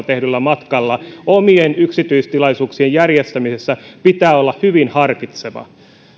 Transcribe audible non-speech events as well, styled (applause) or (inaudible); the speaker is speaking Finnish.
(unintelligible) tehdyllä matkalla omien yksityistilaisuuksien järjestämisessä pitää olla hyvin harkitseva